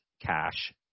Cash